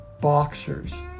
boxers